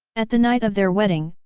at the night of their wedding,